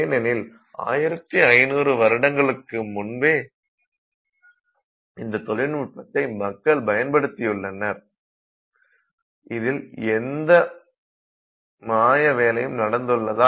ஏனெனில் 1500 வருடங்களுக்கு முன்பே இந்த தொழில்நுட்பத்தை மக்கள் பயன்படுத்தியுள்ளனர் இதில் ஏதும் மாய வேலை நடந்துள்ளதா